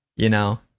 you know?